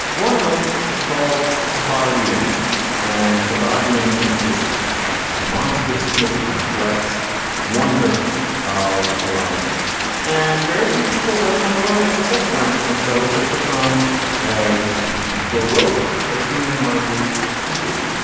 one of them is called kobani in and kobani and is this monstrously complex wonder of a language and very few people have ever had to learn as a second language and so it has become as broke as human language can be.